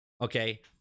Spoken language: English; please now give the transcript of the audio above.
okay